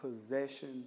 possession